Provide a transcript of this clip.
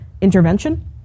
intervention